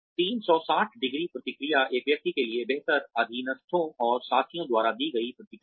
360 degree प्रतिक्रिया एक व्यक्ति के लिए बेहतर अधीनस्थों और साथियों द्वारा दी गई प्रतिक्रिया है